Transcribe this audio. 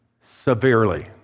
severely